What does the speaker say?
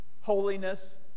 holiness